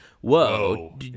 whoa